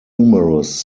numerous